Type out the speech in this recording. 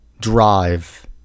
drive